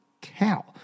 cow